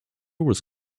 was